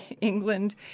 England